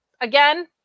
Again